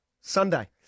Sunday